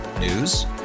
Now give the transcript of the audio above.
News